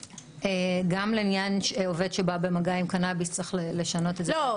גם לעניין "עובד שבא במגע עם קנאביס" צריך לשנות את זה --- לא,